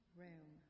room